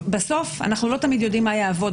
בסוף אנחנו לא תמיד יודעים מה יעבוד,